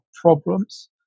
problems